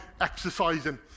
exercising